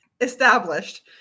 established